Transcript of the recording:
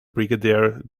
brigadier